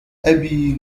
أبي